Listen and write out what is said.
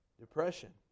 depression